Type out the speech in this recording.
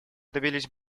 добились